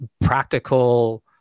practical